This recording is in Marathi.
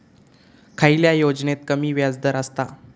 खयल्या योजनेत कमी व्याजदर असता?